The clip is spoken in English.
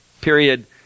period